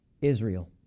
Israel